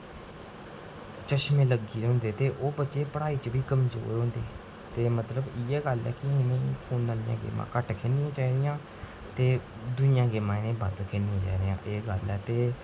चशमे लग्गी गेदे होंदे ते ओह् बच्चे पढाई च बी कमजोर होंदे ते मतलब इ'यै गल्ल ऐ कि तुस इ'नेंगी फोने उप्पर गेमां घट्ट खेढनी चाहिदियां ते दूइयां गेमां इ'नेंगी बद्ध खेढनी चाहिदियां एह् गल्ल ऐ ते